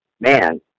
man